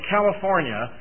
California